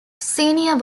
senior